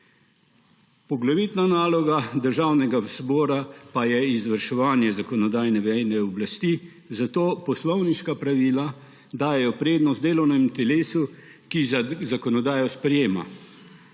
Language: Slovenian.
Poglavitna naloga Državnega zbora pa je izvrševanje zakonodajne veje oblasti, zato poslovniška pravila dajejo prednost delovnemu telesu, ki zakonodajo sprejema,